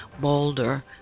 Boulder